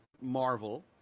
marvel